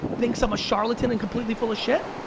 thinks i'm a charlatan and completely full of shit?